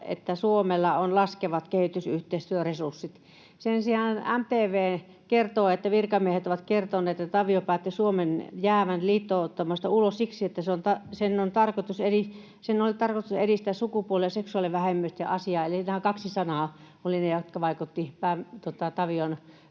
että Suomella on laskevat kehitysyhteistyöresurssit. Sen sijaan MTV kertoo, että virkamiehet ovat kertoneet, että Tavio päätti Suomen jäävän liittoumasta ulos siksi, että sen oli tarkoitus edistää sukupuoli- ja seksuaalivähemmistöjen asiaa, eli nämä kaksi sanaa olivat ne, jotka vaikuttivat Tavion